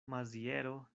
maziero